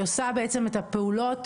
היא עושה בעצם את הפעולות,